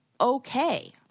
okay